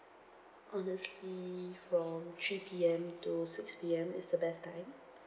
honestly from three P_M to six P_M is the best time